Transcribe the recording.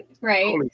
Right